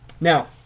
Now